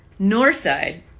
Northside